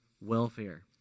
welfare